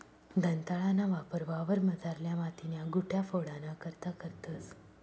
दंताळाना वापर वावरमझारल्या मातीन्या गुठया फोडाना करता करतंस